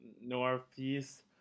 northeast